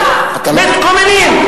מתקוממים,